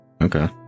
Okay